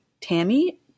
Tammy